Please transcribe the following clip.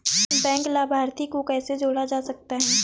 Bank लाभार्थी को कैसे जोड़ा जा सकता है?